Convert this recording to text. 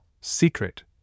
Secret